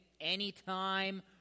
anytime